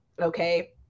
Okay